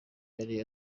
yari